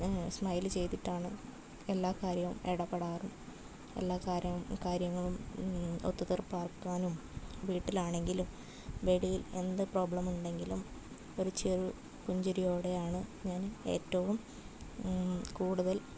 smile ചെയ്തിട്ടാണ് എല്ലാ കാര്യവും ഇടപെടാറും എല്ലാ കാര്യ കാര്യങ്ങളും ഒത്തു തീർപ്പാക്കാനും വീട്ടിലാണെങ്കിലും വെളിയിൽ എന്ത് പ്രോബ്ലം ഉണ്ടെങ്കിലും ഒരു ചെറു പുഞ്ചിരിയോടെയാണ് ഞാൻ ഏറ്റവും കൂടുതൽ